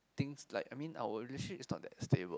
things like I mean our relationship is not that stable